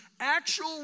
actual